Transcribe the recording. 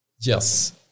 yes